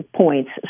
points